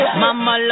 mama